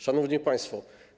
Szanowni Państwo!